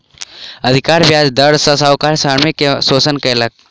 अधिक ब्याज दर सॅ साहूकार श्रमिक के शोषण कयलक